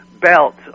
belt